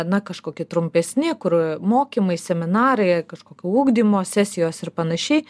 na kažkokie trumpesni kur mokymai seminarai kažkokio ugdymo sesijos ir panašiai